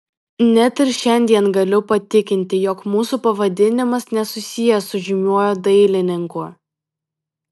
net ir šiandien galiu patikinti jog mūsų pavadinimas nesusijęs su žymiuoju dailininku